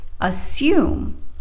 assume